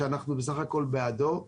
שאנחנו בסך הכול בעדו,